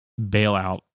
bailout